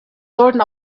sollten